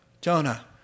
Jonah